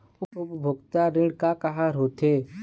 उपभोक्ता ऋण का का हर होथे?